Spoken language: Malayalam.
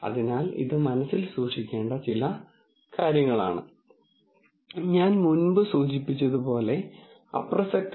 അതിനാൽ നിങ്ങൾ ഡാറ്റ മൾട്ടിപ്പിൾ ഡയമെൻഷനിൽ കാണാൻ തുടങ്ങുന്നു അല്ലാതെ അത് സാധ്യമല്ല